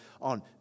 on